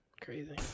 Crazy